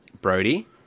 Brody